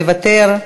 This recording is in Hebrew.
מוותר,